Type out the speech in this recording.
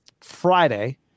Friday